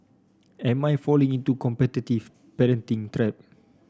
am I falling into competitive parenting trap